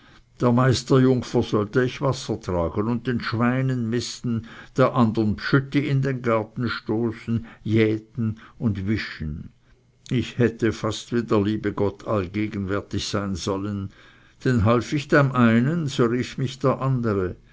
der meisterjungfer sollte ich wasser tragen und den schweinen misten der andern b'schütti in den garten stoßen jäten und wischen ich hätte fast wie der liebe gott allgegenwärtig sein sollen denn half ich dem einen so rief mich der andere